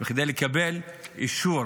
כדי לקבל אישור